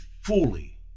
fully